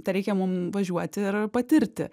tereikia mum važiuoti ir patirti